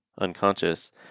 unconscious